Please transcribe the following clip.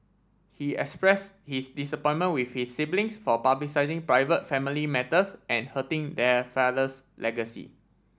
he express his disappointment with his siblings for publicising private family matters and hurting their father's legacy